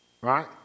Right